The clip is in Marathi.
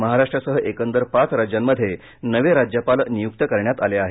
महाराष्ट्रासह एकंदर पाच राज्यांमध्ये नवे राज्यपाल नियुक्त करण्यात आले आहेत